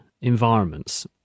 environments